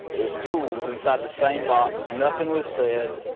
there was tools inside the same box. nothing was said,